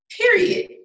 Period